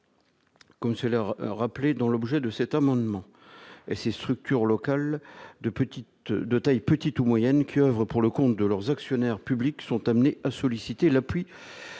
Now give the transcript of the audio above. comme c'est leur rappeler dans l'objet de cet amendement et ces structures locales de petite de taille petite ou moyenne qui oeuvrent pour le compte de leurs actionnaires publics sont amenées à solliciter l'appui